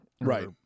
right